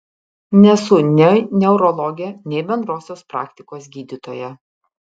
nesu nei neurologė nei bendrosios praktikos gydytoja